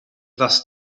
was